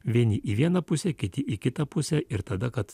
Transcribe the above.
vieni į vieną pusę kiti į kitą pusę ir tada kad